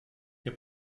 der